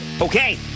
Okay